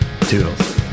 Toodles